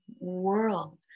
world